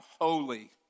holy